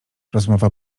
rozmowa